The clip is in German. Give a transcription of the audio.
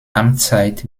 amtszeit